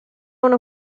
una